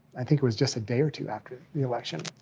i think it was just a day or two after the election.